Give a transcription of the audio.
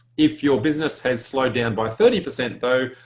if your business has slowed down by thirty percent though,